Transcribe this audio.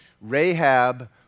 Rahab